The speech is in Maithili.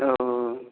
ओऽ